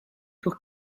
pour